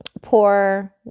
poor